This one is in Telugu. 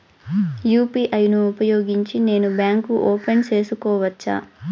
యు.పి.ఐ ను ఉపయోగించి నేను బ్యాంకు ఓపెన్ సేసుకోవచ్చా?